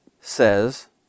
says